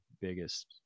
biggest